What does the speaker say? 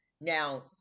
Now